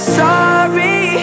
sorry